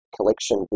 collection